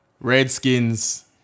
Redskins